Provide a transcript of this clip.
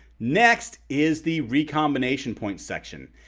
next is the recombination point section.